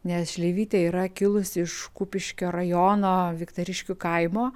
nes šleivytė yra kilusi iš kupiškio rajono viktariškių kaimo